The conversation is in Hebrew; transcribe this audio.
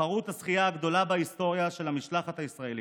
תחרות השחייה הגדולה בהיסטוריה של המשלחת הישראלית.